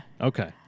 Okay